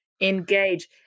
engage